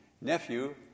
nephew